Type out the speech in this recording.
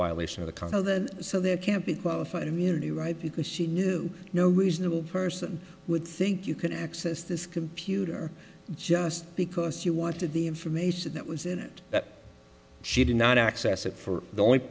condo then so there can't be qualified immunity right because she knew no reasonable person would think you can access this computer just because you wanted the information that was in it that she did not access it for the only